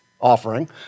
offering